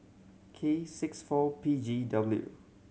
K six four P G W